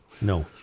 No